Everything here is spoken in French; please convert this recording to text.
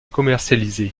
commercialisé